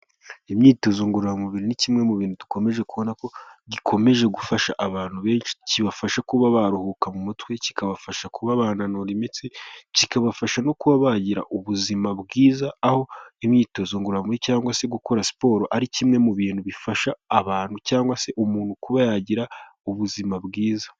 Imyitozo ngororamubiri ni kimwe mu bintu dukomeje kubona ko gikomeje gufasha abantu benshi, kibafasha kuba baruhuka mu mutwe, kikabafasha kuba bananura imitsi, kikabafasha no kuba bagira ubuzima bwiza, aho imyitozo ngororamubiri cyangwa se gukora siporo ari kimwe mu bintu bifasha abantu cyangwa se umuntu kuba yagira ubuzima bwiza.